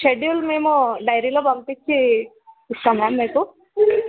schedule మేము డైయిరీలో పంపించి ఇస్తాం మ్యామ్ మీకు